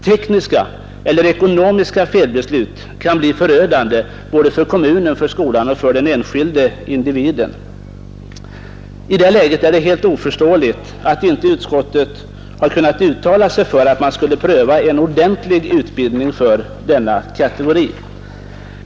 Tekniska eller ekonomiska felbeslut kan bli förödande för både kommunen, skolan och den enskilde individen. I det läget är det helt oförståeligt att utskottet inte har kunnat uttala sig för att man skulle pröva en ordentlig utbildning för denna kategori.